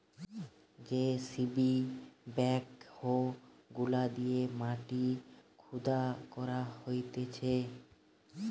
JCB backhoe গুলা দিয়ে মাটি খুদা করা হতিছে